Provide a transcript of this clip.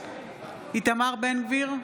איתמר בן גביר,